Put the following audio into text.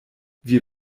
wir